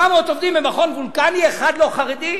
700 עובדים במכון וולקני, אחד לא חרדי?